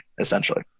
essentially